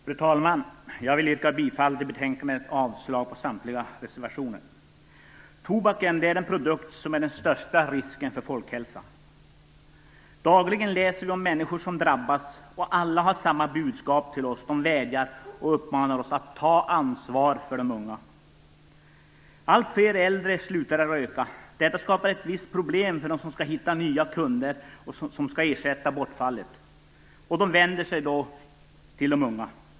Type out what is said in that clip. Fru talman! Jag vill yrka bifall till hemställan betänkandet och avslag till samtliga reservationer. Tobaken är den produkt som utgör den största risken för folkhälsan. Dagligen läser vi om människor som drabbas, och alla har samma budskap till oss. De vädjar till oss och uppmanar oss att ta ansvar för de unga. Allt fler äldre slutar röka. Detta skapar problem för dem som skall hitta nya kunder som skall ersätta bortfallet. Då vänder man sig till den unga.